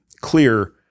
clear